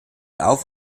auf